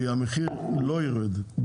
כי המחיר לא ירד,